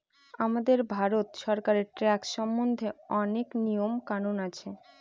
আমাদের ভারত সরকারের ট্যাক্স সম্বন্ধে অনেক নিয়ম কানুন আছে